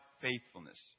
faithfulness